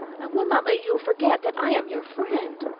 i will not let you forget that i am your friend.